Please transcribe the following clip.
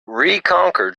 reconquer